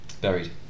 buried